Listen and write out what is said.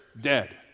dead